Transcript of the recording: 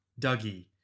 Dougie